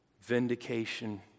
vindication